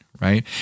right